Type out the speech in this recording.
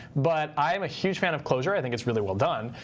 but i am a huge fan of closure. i think it's really well done.